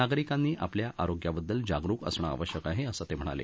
नागरिकांनी ापल्या ारोग्याबद्दल जागरूक असणं ावश्यक ा हे असं ते म्हणाले